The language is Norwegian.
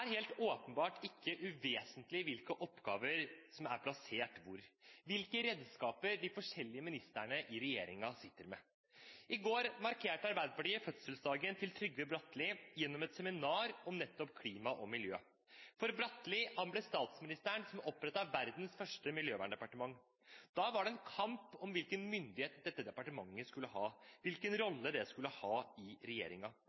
helt åpenbart ikke uvesentlig hvilke oppgaver som er plassert hvor, hvilke redskaper de forskjellige ministrene i regjeringen sitter med. I går markerte Arbeiderpartiet fødselsdagen til Trygve Bratteli gjennom et seminar om nettopp klima og miljø. Bratteli ble statsministeren som opprettet verdens første miljøverndepartement. Da var det en kamp om hvilken myndighet dette departementet skulle ha, hvilken